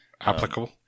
Applicable